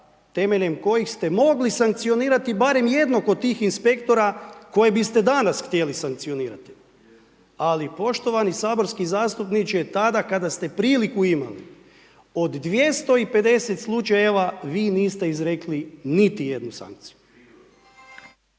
temeljem kojih ste mogli sankcionirati barem jednog od tih inspektora kojeg biste danas htjeli sankcionirati. Ali poštovani saborski zastupniče tada kada ste priliku imali od 250 slučajeva vi niste izrekli niti jednu sankciju.